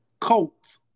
Colts